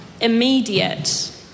immediate